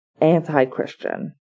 anti-Christian